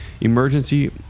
emergency